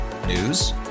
News